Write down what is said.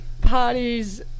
parties